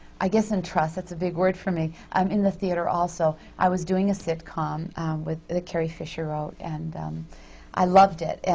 i guess in trust. that's a big word for me, um in the theatre also. i was doing a sitcom that carrie fisher wrote, and i loved it.